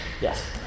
yes